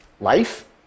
Life